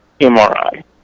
MRI